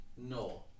No